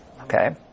Okay